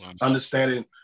understanding